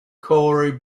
corey